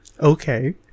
Okay